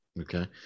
Okay